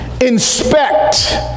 inspect